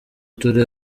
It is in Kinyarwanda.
turi